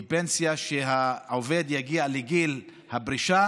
היא כדי שכשעובד שיגיע לגיל הפרישה